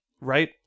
right